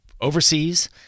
overseas